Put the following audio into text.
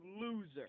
loser